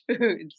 foods